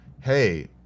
hey